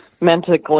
mentally